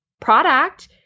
product